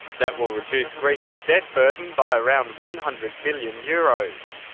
that will reduce greece's debt burden by around one hundred billion euros.